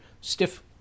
stiff